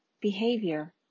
behavior